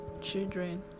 children